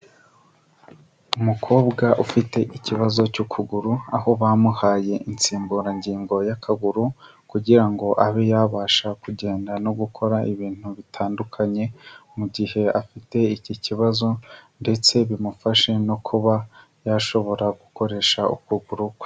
Umukobwa ufite ikibazo cy'ukuguru aho bamuhaye insimburangingo y'akaguru kugira ngo abe yabasha kugenda no gukora ibintu bitandukanye mu gihe afite iki kibazo ndetse bimufashe no kuba yashobora gukoresha ukuguru kwe.